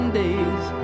days